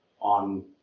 on